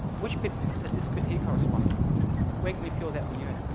which bit does this bit here correspond to? where can you feel that on you?